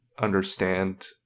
understand